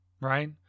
Right